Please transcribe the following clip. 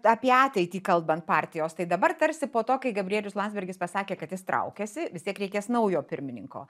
apie ateitį kalbant partijos tai dabar tarsi po to kai gabrielius landsbergis pasakė kad jis traukiasi vis tiek reikės naujo pirmininko